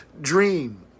dream